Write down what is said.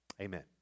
Amen